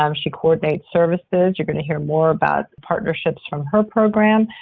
um she coordinates services. you're going to hear more about partnerships from her program,